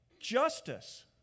justice